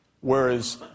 Whereas